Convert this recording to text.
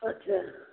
अच्छा